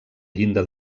llinda